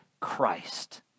Christ